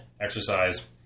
exercise